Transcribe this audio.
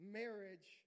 marriage